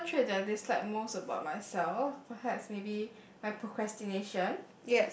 personal trait that I dislike most about my self perhaps maybe my procrastination